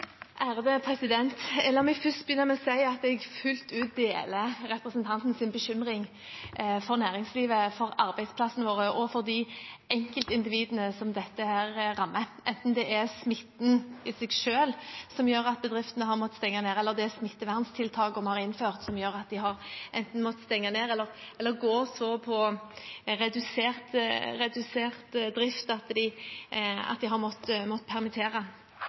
La meg begynne med å si at jeg fullt ut deler representantens bekymring for næringslivet, for arbeidsplassene våre og for de enkeltindividene som dette rammer, enten det er smitten i seg selv som gjør at bedriftene har måttet stenge ned, eller det er smitteverntiltakene vi har innført, som gjør at de enten har måttet stenge ned eller gå på så redusert drift at de har måttet permittere. Heldigvis ser vi nå at vi har